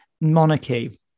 monarchy